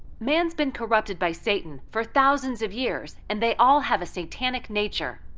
man's been corrupted by satan for thousands of years, and they all have a satanic nature.